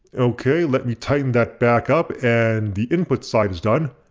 okay let me tighten that back up and the input side is done.